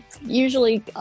usually